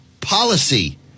policy